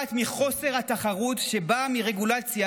שנובעת מחוסר התחרות, שבא מרגולציה,